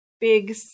big